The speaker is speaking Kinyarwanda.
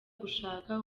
gushaka